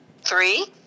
Three